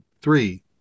three